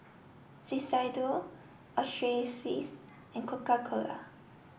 Shiseido and Coca cola